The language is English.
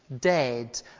dead